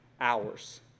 hours